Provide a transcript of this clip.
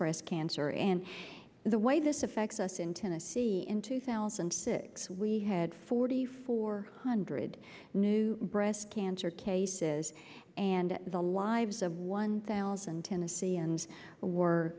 breast cancer and the way this affects us in tennessee in two thousand and six we had forty four hundred new breast cancer cases and the lives of one thousand tennesseans were